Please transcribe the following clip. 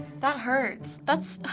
that hurts. that's.